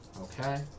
Okay